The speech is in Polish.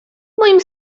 moim